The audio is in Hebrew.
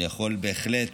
אני יכול בהחלט